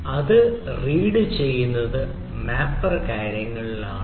അത് റീഡ് ചെയ്യുന്നത് മാപ്പർ കാര്യങ്ങളിൽ ആണ്